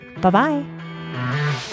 Bye-bye